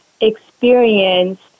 experience